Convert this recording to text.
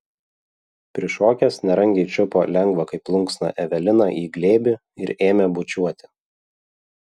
prišokęs nerangiai čiupo lengvą kaip plunksną eveliną į glėbį ir ėmė bučiuoti